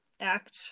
act